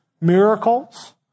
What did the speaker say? Miracles